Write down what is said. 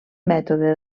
mètode